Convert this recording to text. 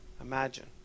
Imagine